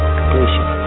completion